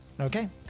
Okay